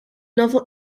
novel